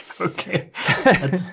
Okay